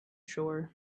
shore